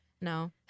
No